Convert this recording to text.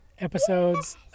Episodes